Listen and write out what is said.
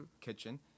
kitchen